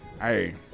Hey